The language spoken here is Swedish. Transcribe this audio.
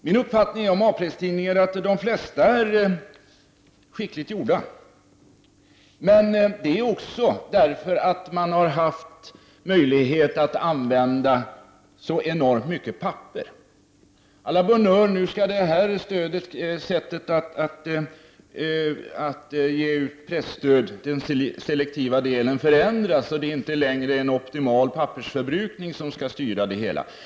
Min uppfattning av A-pressens tidningar är att de flesta är skickligt gjorda. Men det är så därför att man har haft möjlighet att använda så enormt mycket papper. A la bone heure skall det här sättet att ge ut presstöd, den selektiva delen, förändras. Det är inte längre en optimal pappersförbrukning som skall styra det hela.